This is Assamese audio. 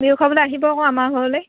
বিহু খাবলৈ আহিব আকৈ আমাৰ ঘৰলৈ